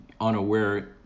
unaware